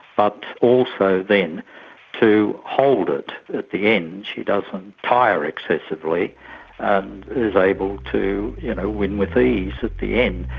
but also then to hold it at the end. she doesn't tire excessively and is able to you know win with ease at the end.